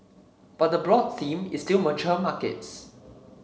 but the broad theme is still mature markets